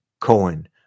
Cohen